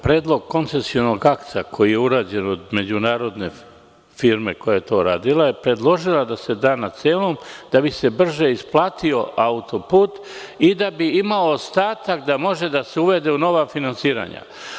Predlog koncesionog akta koji je urađen od međunarodne firme koja je to radila je predložila da se da na celom da bi se brže isplatio autoput i da bi imao ostatak da može da se uvede u nova finansiranja.